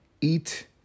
eat